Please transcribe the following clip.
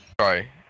Sorry